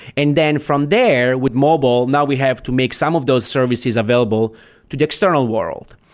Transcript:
and then from there with mobile, now we have to make some of those services available to the external world.